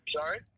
Sorry